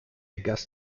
gas